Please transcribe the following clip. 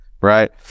Right